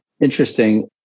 Interesting